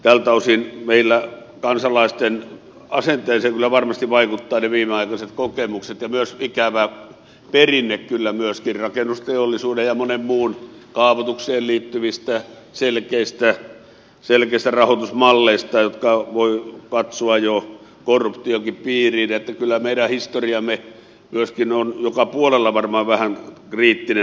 tältä osin meillä kansalaisten asenteisiin kyllä varmasti vaikuttavat ne viimeaikaiset kokemukset ja myös ikävä perinne kyllä myöskin rakennusteollisuuden ja monen muun kaavoitukseen liittyvistä selkeistä rahoitusmalleista jotka voi katsoa jo korruptionkin piiriin niin että kyllä meidän historiamme myöskin on joka puolella varmaan vähän kriittinen